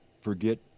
forget